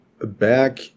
back